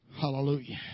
hallelujah